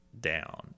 down